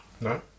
No